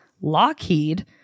Lockheed